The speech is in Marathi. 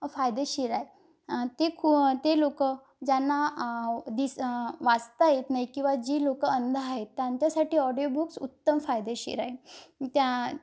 फायदेशीर आहे ते खू ते लोक ज्यांना दिस वाचता येत नाही किंवा जी लोक अंध आहे त्यांच्यासाठी ऑडिओ बुक्स उत्तम फायदेशीर आहे त्या